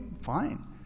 fine